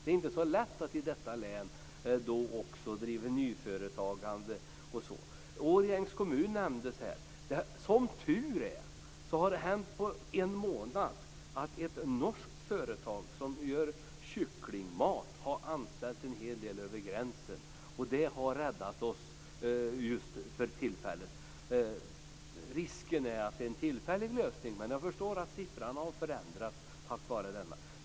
Det är inte så lätt att i detta län också driva nyföretagande. Årjängs kommun nämndes här. Som tur är har på en månad ett norskt företag som gör kycklingmat anställt en hel del över gränsen, och det har räddat oss just för tillfället. Risken är att det är en tillfällig lösning, men jag förstår att siffran har förändrats tack vare detta.